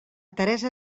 teresa